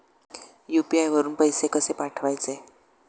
UPI वरून पैसे कसे पाठवायचे?